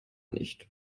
nicht